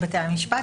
אני רוצה לחדד.